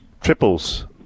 triples